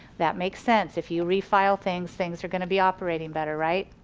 that makes sense, if you re-file things, things are gonna be operating better, right.